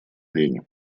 арене